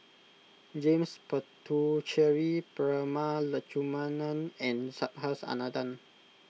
James Puthucheary Prema Letchumanan and Subhas Anandan